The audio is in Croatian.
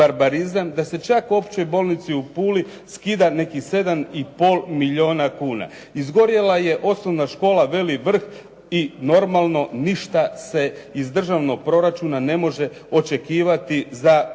da se čak Općoj bolnici u Puli skida nekih 7,5 milijuna kuna. Izgorjela je Osnovna škola "Veli vrh" i normalno ništa se iz državnog proračuna ne može očekivati za početak